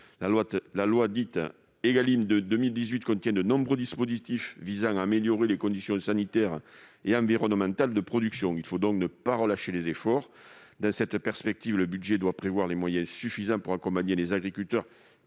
à tous, dite Égalim, prévoit de nombreux dispositifs visant à améliorer les conditions sanitaires et environnementales de production. Il ne faut donc pas relâcher les efforts. Dans cette perspective, le budget doit prévoir les moyens suffisants pour accompagner les agriculteurs